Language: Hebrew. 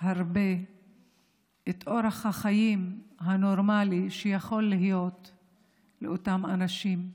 הרבה את אורח החיים הנורמלי שיכול להיות לאותם אנשים,